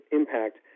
impact